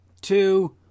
two